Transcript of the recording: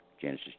Genesis